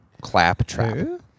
Claptrap